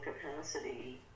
capacity